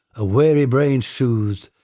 a weary brain soothed,